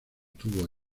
tuvo